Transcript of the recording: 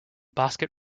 basket